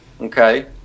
okay